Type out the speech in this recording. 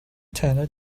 teller